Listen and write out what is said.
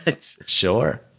Sure